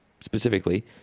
specifically